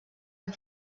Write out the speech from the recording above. amb